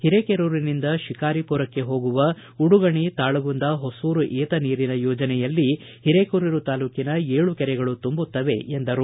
ಹಿರೆಕೆರೂರಿನಿಂದ ಶಿಕಾರಿಪುರಕ್ಷೆ ಹೋಗುವ ಉಡುಗಣಿ ತಾಳಗುಂದ ಹೊಸೂರು ಏತ ನೀರಿನ ಯೋಜನೆಯಲ್ಲಿ ಹಿರೆಕೆರೂರು ತಾಲೂಕಿನ ಏಳು ಕೆರೆಗಳು ತುಂಬುತ್ತವೆ ಎಂದರು